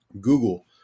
Google